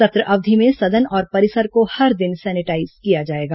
सत्र अवधि में सदन और परिसर को हर दिन सेनिटाईज किया जाएगा